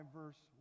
verse